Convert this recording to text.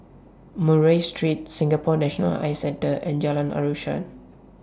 Murray Street Singapore National Eye Centre and Jalan Asuhan